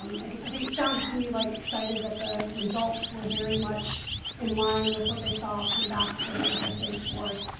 i think it sounded to me, like excited that the results were very much in line with what they saw come back for the fsa scores.